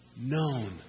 Known